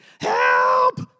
help